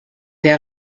der